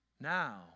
Now